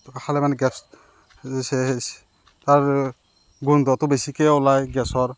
খালে মানে গেছ আৰু গোন্ধটো বেছিকৈ ওলায় গেছৰ